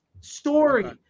story